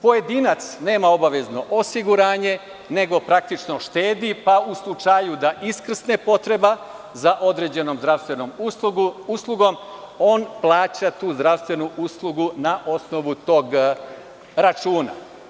Pojedinac nema obavezno osiguranje nego praktično štedi, pa u slučaju da iskrsne potreba za određenom zdravstvenom uslugom, on plaća tu zdravstvenu uslugu na osnovu tog računa.